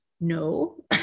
no